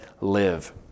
live